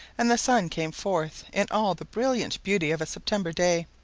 and the sun came forth in all the brilliant beauty of a september day.